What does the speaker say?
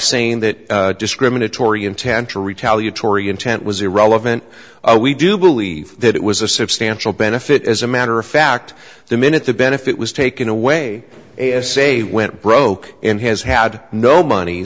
saying that discriminatory intent to retaliatory intent was irrelevant we do believe that it was a substantial benefit as a matter of fact the minute the benefit was taken away say went broke and has had no mon